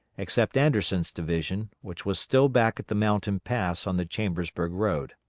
except anderson's division, which was still back at the mountain pass on the chambersburg road.